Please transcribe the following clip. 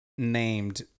Named